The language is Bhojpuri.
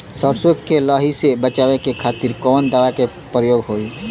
सरसो के लही से बचावे के खातिर कवन दवा के प्रयोग होई?